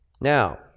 now